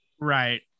right